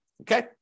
okay